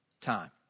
time